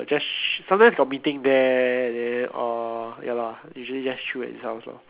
just sh~ sometimes got meeting there then orh ya lah usually just chill at his house lor